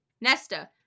Nesta